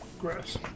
Grass